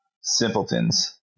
Simpletons